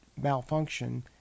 malfunction